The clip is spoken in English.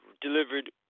delivered